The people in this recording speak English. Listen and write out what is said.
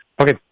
Okay